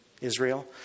Israel